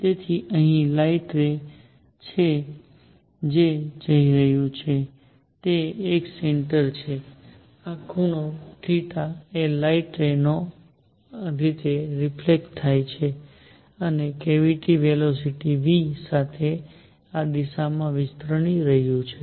તેથી અહી light ray છે જે જઈ રહ્યું છે તે એક સેન્ટર છે આ ખૂણો છે લાઇટ રે આ રીતે રિફલેક્ટ થાય છે અને કેવીટી વેલોસીટી v સાથે આ દિશામાં વિસ્તરી રહ્યું છે